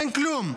אין כלום.